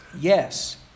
Yes